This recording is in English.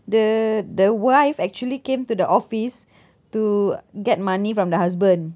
the the wife actually came to the office to get money from the husband